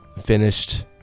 finished